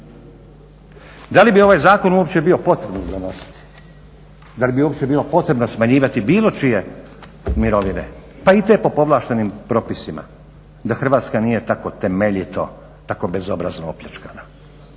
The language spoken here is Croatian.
Da li bi ovaj zakon uopće bilo potrebno donositi? Dali bi uopće bilo potrebno smanjivati bilo čije mirovine pa i te po povlaštenim propisima da Hrvatska tako temeljito tako bezobrazno opljačkana?